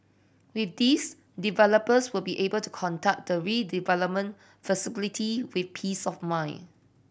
with this developers will be able to conduct the redevelopment feasibility with peace of mind